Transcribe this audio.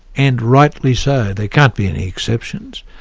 and rightly so, there can't be any exceptions.